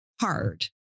hard